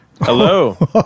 Hello